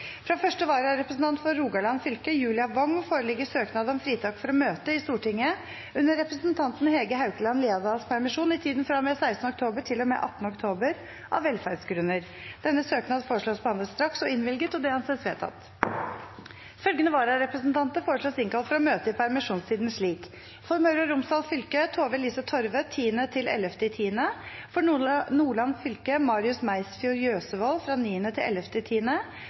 Fra første vararepresentant for Rogaland fylke, Julia Wong , foreligger søknad om fritak for å møte i Stortinget under representanten Hege Haukeland Liadals permisjon, i tiden fra og med 16. oktober til og med 18. oktober, av velferdsgrunner. Etter forslag fra presidenten ble enstemmig besluttet: Søknaden behandles straks og innvilges. Følgende vararepresentanter innkalles for å møte i permisjonstiden slik: For Møre og Romsdal fylke: Tove-Lise Torve 10.–11. oktober For Nordland fylke: Marius Meisfjord Jøsevold